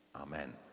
Amen